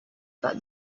about